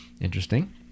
Interesting